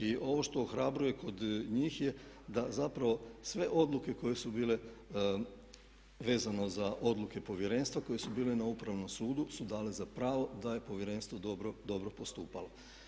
I ovo što ohrabruje od njih je da zapravo sve odluke koje su bile vezano za odluke Povjerenstva koje su bile na upravnom sudu su dale za pravo da je Povjerenstvo dobro, dobro postupalo.